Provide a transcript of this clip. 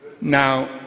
Now